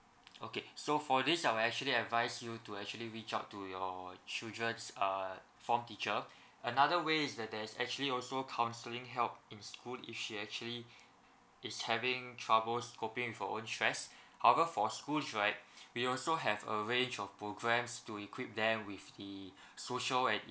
okay so for this I will actually advise you to actually reach out to your children uh form teacher another way is that there's actually also counselling help in school if she actually is having troubles coping with her own stress however for schools right we also have a range of programs to equip them with the social and